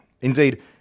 Indeed